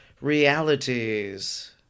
realities